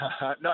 No